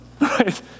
right